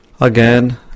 Again